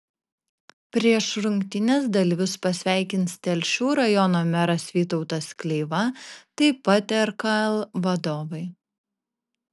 prieš rungtynes dalyvius pasveikins telšių rajono meras vytautas kleiva taip pat rkl vadovai